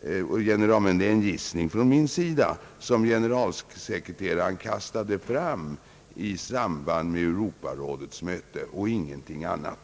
det är en gissning från min sida — som generalsekreteraren kastade fram i samband med Europarådets möte, och ingenting annat.